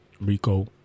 Rico